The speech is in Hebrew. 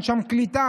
אין שם קליטה.